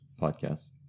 podcast